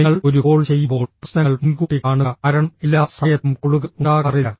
നിങ്ങൾ ഒരു കോൾ ചെയ്യുമ്പോൾ പ്രശ്നങ്ങൾ മുൻകൂട്ടി കാണുക കാരണം എല്ലാ സമയത്തും കോളുകൾ ഉണ്ടാകാറില്ല